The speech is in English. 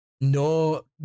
no